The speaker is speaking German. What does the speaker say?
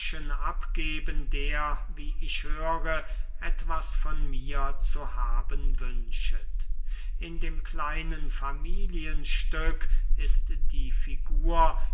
abgeben der wie ich höre etwas von mir zu haben wünschet in dem kleinen familienstück ist die figur